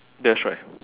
that's right